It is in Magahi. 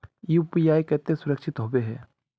यु.पी.आई केते सुरक्षित होबे है?